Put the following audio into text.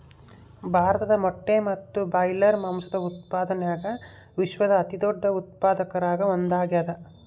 ಭಾರತ ಮೊಟ್ಟೆ ಮತ್ತು ಬ್ರಾಯ್ಲರ್ ಮಾಂಸದ ಉತ್ಪಾದನ್ಯಾಗ ವಿಶ್ವದ ಅತಿದೊಡ್ಡ ಉತ್ಪಾದಕರಾಗ ಒಂದಾಗ್ಯಾದ